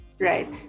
right